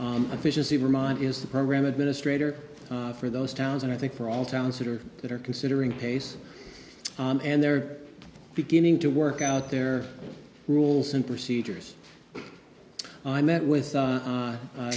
efficiency vermont is the program administrator for those towns and i think for all towns that are that are considering pace and they're beginning to work out their rules and procedures i met with